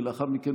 ולאחר מכן,